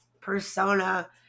persona